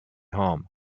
harm